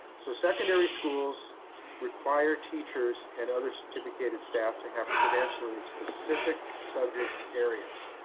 so secondary schools require teachers and other certificated staff to have credentialing in specific subject areas.